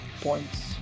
points